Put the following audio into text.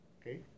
Okay